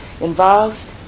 involves